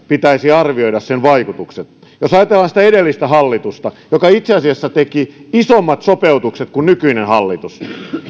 pitäisi arvioida jos ajatellaan sitä edellistä hallitusta joka itse asiassa teki isommat sopeutukset kuin nykyinen hallitus